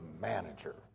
manager